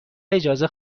اجازه